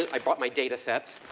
i bought my datasets.